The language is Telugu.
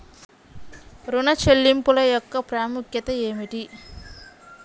ఋణ చెల్లింపుల యొక్క ప్రాముఖ్యత ఏమిటీ?